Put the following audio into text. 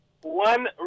One